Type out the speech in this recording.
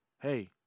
hey